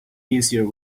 easier